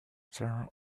their